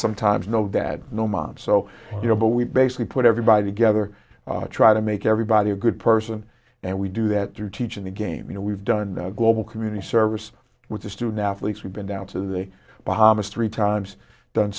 sometimes no dad no mom so you know but we basically put everybody together try to make everybody a good person and we do that through teaching the game you know we've done the global community service with the student athletes we've been down to the bahamas three times done